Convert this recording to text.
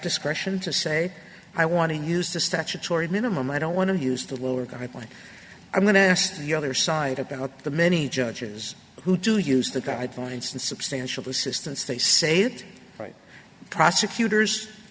discretion to say i want to use the statutory minimum i don't want to use the lower guideline i'm going to ask the other side about the many judges who do use the guidelines and substantial assistance they say that prosecutors